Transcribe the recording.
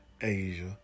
Asia